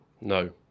No